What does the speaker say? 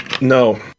No